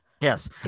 Yes